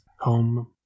home